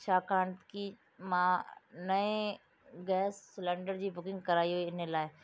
छाकाणि की मां नए गैस सिलेंडर जी बुकिंग कराई हुई हिन लाइ